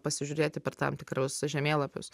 pasižiūrėti per tam tikrus žemėlapius